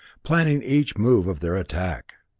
planning each move of their attack.